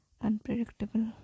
Unpredictable